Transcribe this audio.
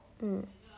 mm